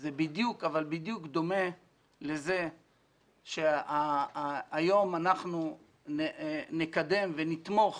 זה בדיוק דומה לזה שהיום אנחנו נקדם ונתמוך